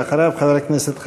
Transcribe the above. ואחריו, חבר הכנסת חזן.